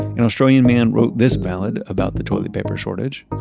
an australian man wrote this ballad about the toilet paper shortage,